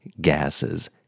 gases